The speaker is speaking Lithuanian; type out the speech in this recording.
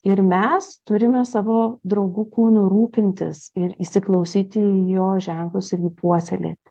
ir mes turime savo draugu kūnu rūpintis ir įsiklausyti į jo ženklus ir jį puoselėt